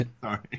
Sorry